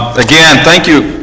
again. thank you